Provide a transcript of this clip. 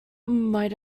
might